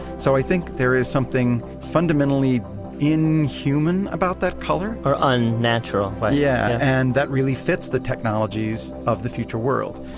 so, i think there is something fundamentally inhuman about that color or unnatural but yeah. and that really fits the technologies of the future world